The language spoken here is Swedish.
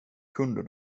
kunde